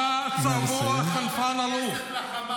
הוא סיים את הזמן שלו, היושב-ראש.